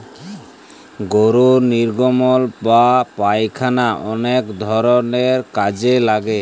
গরুর লির্গমল বা পায়খালা অলেক ধরলের কাজে লাগে